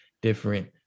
different